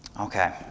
Okay